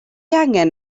angen